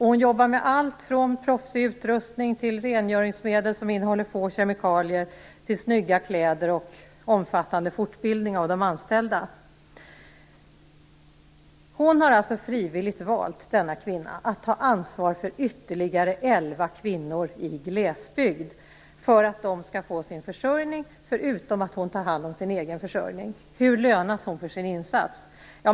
Hon jobbar med allt från proffsig utrustning och rengöringsmedel som innehåller få kemikalier till snygga kläder och omfattande fortbildning av de anställda. Denna kvinna har alltså frivilligt valt att ta ansvar för ytterligare elva kvinnor i glesbygd, för att de skall få sin försörjning förutom att hon tar hand om sin egen försörjning. Hur lönas hon för sin insats?